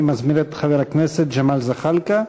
אני מזמין את חבר הכנסת ג'מאל זחאלקה,